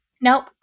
nope